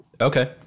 Okay